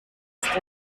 ist